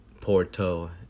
Porto